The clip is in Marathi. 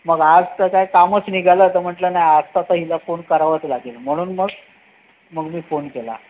मग आज तर काय कामच निघालं तर म्हटलं नाही आज तर पहिला फोन करावाच लागेल म्हणून मग मग मी फोन केला